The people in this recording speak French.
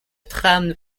trame